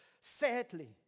sadly